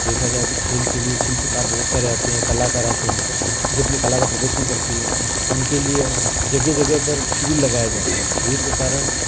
देखा जाए तो खेल के लिए शिल्पकार बहुत सारे आते हैं कलाकार आते हैं जो अपनी कला का प्रदर्शन करते हैं उनके लिए जगह जगह पर शिविर लगाए जाते हैं शिविर के कारण